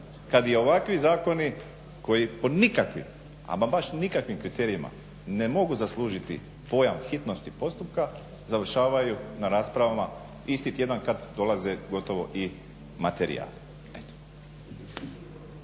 kad i ovakvi zakoni koji po nikakvim, ama baš nikakvim kriterijima ne mogu zaslužiti pojam hitnosti postupka završavaju na raspravama isti tjedan kad dolaze gotovo i materijali.